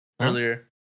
Earlier